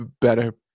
better